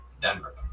Denver